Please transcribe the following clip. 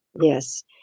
Yes